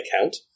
account